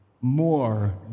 more